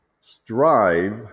Strive